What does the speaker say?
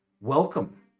welcome